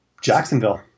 Jacksonville